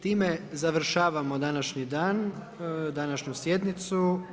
Time završavamo današnji dan, današnju sjednicu.